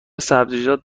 سبزیجات